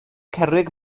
cerrig